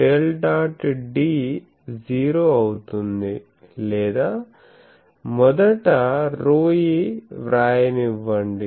D zero అవుతుంది లేదా మొదట ρe వ్రాయనివ్వండి